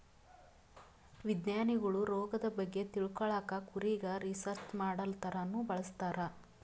ವಿಜ್ಞಾನಿಗೊಳ್ ರೋಗದ್ ಬಗ್ಗೆ ತಿಳ್ಕೊಳಕ್ಕ್ ಕುರಿಗ್ ರಿಸರ್ಚ್ ಮಾಡಲ್ ಥರಾನೂ ಬಳಸ್ತಾರ್